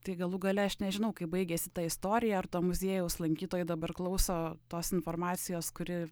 tai galų gale aš nežinau kaip baigėsi ta istorija ar to muziejaus lankytojai dabar klauso tos informacijos kuri